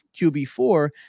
QB4